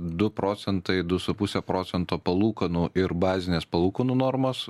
du procentai du su puse procento palūkanų ir bazinės palūkanų normos